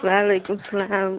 وعلیکُم السلام